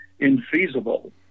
infeasible